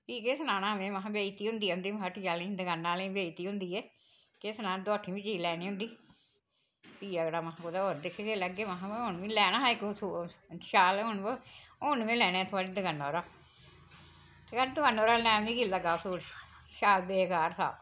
फ्ही केह् सनाना में महां बेजती होंदी ऐ उं'दी महां ह्ट्टी आह्लें दी दकाने आह्लें दी बेजती होंदी ऐ केह् सनां दुआठी बी चीज़ लैनी होंदी फ्ही अगला महां कुतै होर दिक्खगे लैगे महां हून मीं लैना हा इक सूट शाल ब हून निं मै लैना थुआढ़ी दकानै परा थुआढ़ी दकानै परा लैने गी लग्गा सूट शाल बेकार था